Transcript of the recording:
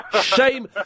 Shame